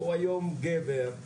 היום הוא גבר,